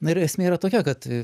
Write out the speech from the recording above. na ir esmė yra tokia kad